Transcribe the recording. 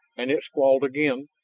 and it squalled again,